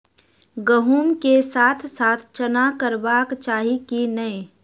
गहुम केँ साथ साथ चना करबाक चाहि की नै?